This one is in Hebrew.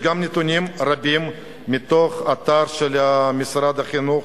יש גם נתונים רבים באתר של משרד החינוך,